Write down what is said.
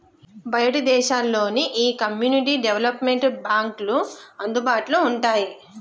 బయటి దేశాల్లో నీ ఈ కమ్యూనిటీ డెవలప్మెంట్ బాంక్లు అందుబాటులో వుంటాయి